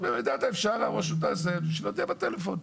במידת האפשר הרשות תעשה בשביל להודיע בטלפון.